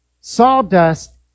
sawdust